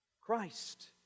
Christ